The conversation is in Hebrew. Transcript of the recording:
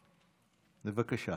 בבקשה.